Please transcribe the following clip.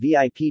VIP